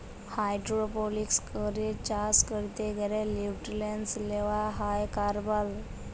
hydroponics করে চাষ ক্যরতে গ্যালে লিউট্রিয়েন্টস লেওয়া হ্যয় কার্বল